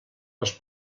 les